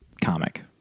comic